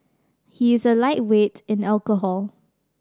he is a lightweight in alcohol